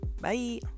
bye